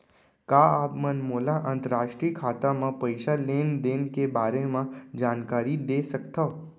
का आप मन मोला अंतरराष्ट्रीय खाता म पइसा लेन देन के बारे म जानकारी दे सकथव?